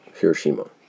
Hiroshima